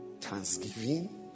thanksgiving